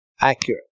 accurate